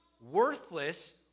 worthless